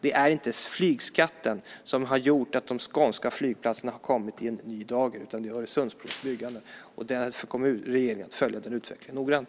Det är inte flygskatten som har gjort att de skånska flygplatserna har kommit i ny dager utan Öresundsbrons byggande. Därför kommer regeringen att följa den utvecklingen noggrant.